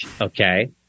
okay